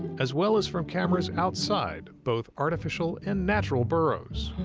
as well as from cameras outside both artificial and natural burrows.